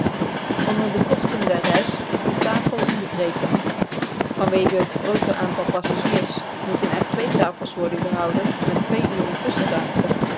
onder de kosten der reis is de tafel begrepen vanwege het groote aantal passagiers moeten er twee tafels worden gehouden met twee uren